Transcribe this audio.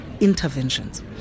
interventions